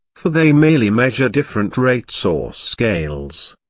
for they merely measure different rates or scales.